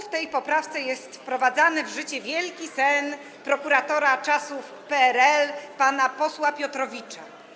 W tej poprawce jest wprowadzany w życie wielki sen prokuratora czasów PRL pana posła Piotrowicza.